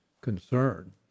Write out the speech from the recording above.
concern